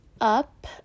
UP